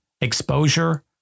exposure